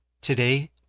Today